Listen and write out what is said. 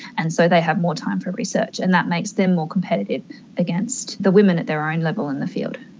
and so they have more time for research, and that makes them more competitive against the women at their own level in the field.